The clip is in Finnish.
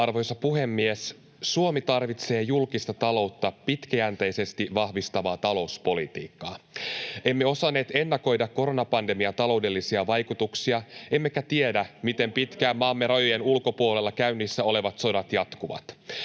Arvoisa puhemies! Suomi tarvitsee julkista taloutta pitkäjänteisesti vahvistavaa talouspolitiikkaa. Emme osanneet ennakoida koronapandemian taloudellisia vaikutuksia, emmekä tiedä, miten pitkään maamme rajojen ulkopuolella käynnissä olevat sodat jatkuvat.